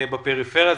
בפריפריה.